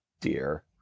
dear